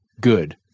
good